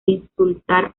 insultar